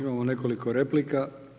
Imamo nekoliko replika.